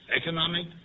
economic